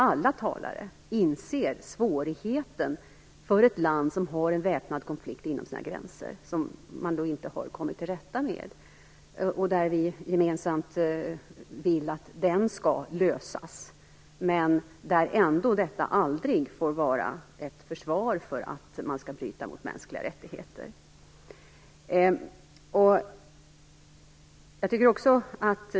Alla talare inser svårigheten för ett land som har en väpnad konflikt inom sina gränser som man inte har kommit till rätta med, och alla vill vi gemensamt att konflikten skall lösas. Ändå får detta aldrig vara ett försvar för att bryta mot mänskliga rättigheter.